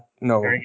No